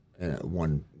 one